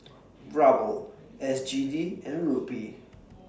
Ruble S G D and Rupee